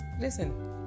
listen